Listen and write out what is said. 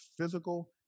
physical